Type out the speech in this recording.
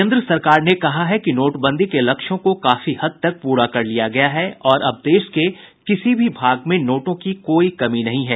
केन्द्र सरकार ने कहा है कि नोटबंदी के लक्ष्यों को काफी हद तक पूरा कर लिया गया है और अब देश के किसी भी भाग में नोटों की कोई कमी नहीं है